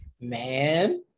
man